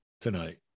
tonight